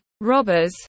robbers